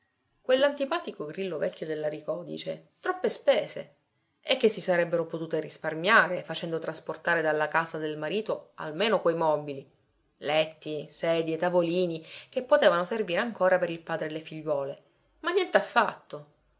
camera quell'antipatico grillo vecchio dell'aricò dice troppe spese e che si sarebbero potute risparmiare facendo trasportare dalla casa del marito almeno quei mobili letti sedie tavolini che potevano servire ancora per il padre e le figliuole ma niente affatto